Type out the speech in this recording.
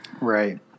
Right